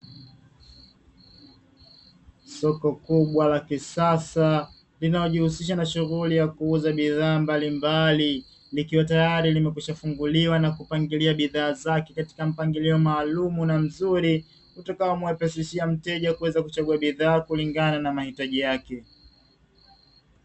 Soko kubwa la kisasa linalojihusisha na shughuli ya kuuza bidhaa mbalimbali, likiwa tayari limekwishafunguliwa na kupangilia bidhaa zake, katika mpangilio mzuri na maalumu utakawozesha mteja kuchagua kulingana na mahitaji yake.